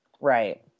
Right